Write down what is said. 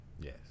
Yes